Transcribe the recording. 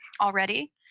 already